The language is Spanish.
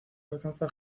alcanza